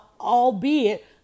albeit